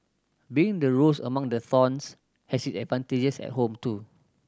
being the rose among the thorns has its advantages at home too